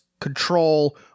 control